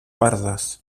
pardas